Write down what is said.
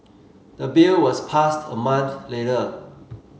the bill was passed a month later